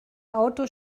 auto